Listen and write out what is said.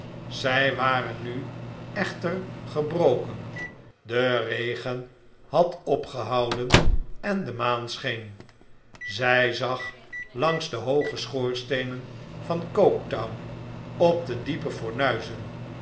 zij waren nu echter gebroken de regen had opgehouden en de maan scheen zij zag langs de hooge schoorsteenen van coke town op de diepe